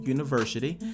University